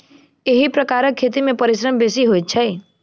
एहि प्रकारक खेती मे परिश्रम बेसी होइत छै